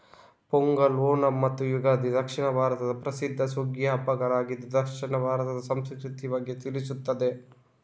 ಪೊಂಗಲ್, ಓಣಂ ಮತ್ತು ಯುಗಾದಿ ದಕ್ಷಿಣ ಭಾರತದ ಪ್ರಸಿದ್ಧ ಸುಗ್ಗಿಯ ಹಬ್ಬಗಳಾಗಿದ್ದು ದಕ್ಷಿಣ ಭಾರತದ ಸಂಸ್ಕೃತಿಯ ಬಗ್ಗೆ ತಿಳಿಸ್ತದೆ